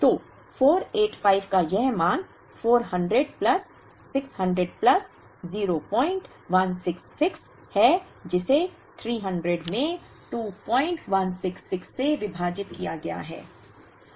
तो 485 का यह मान 400 प्लस 600 प्लस 0166 है जिसे 300 में 2166 से विभाजित किया गया है